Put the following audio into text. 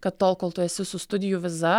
kad tol kol tu esi su studijų viza